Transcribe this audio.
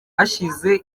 hashize